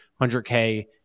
100k